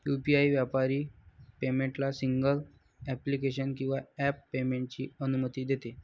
UPI व्यापारी पेमेंटला single application किंवा ॲप पेमेंटची अनुमती देते